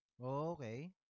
Okay